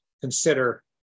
consider